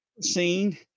seen